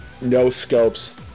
no-scopes